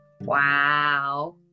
Wow